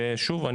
שוב,